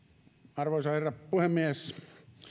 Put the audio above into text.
arvoisa herra puhemies